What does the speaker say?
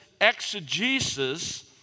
exegesis